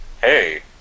hey